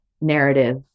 narrative